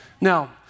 Now